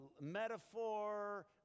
metaphor